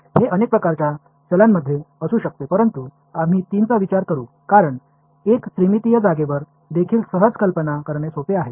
இதில் எத்தனை மாறிகள் இருந்தாலும் நாம் மூன்றோடு முடித்து கொள்வோம் ஏனென்றால் முப்பரிமாண இடமே பார்ப்பதற்கு எளிதானதாக உள்ளது